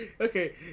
Okay